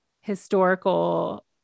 historical